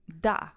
DA